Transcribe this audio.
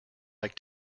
like